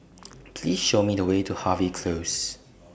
Please Show Me The Way to Harvey Close